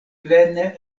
plene